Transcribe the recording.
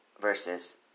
versus